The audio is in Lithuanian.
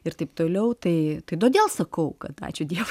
ir taip toliau tai kai todėl sakau kad ačiū dievui